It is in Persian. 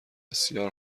بسیار